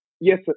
Yes